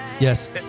Yes